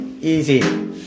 Easy